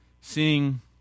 seeing